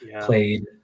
played